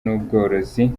n’ubworozi